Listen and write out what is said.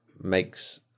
makes